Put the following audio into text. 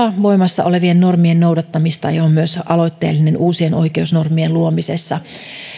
voimassa olevien normien noudattamista ja on myös aloitteellinen uusien oikeusnormien luomisessa